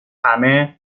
همه